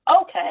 okay